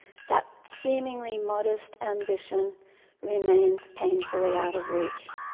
that seemingly modest ambition remains painfully out of reach.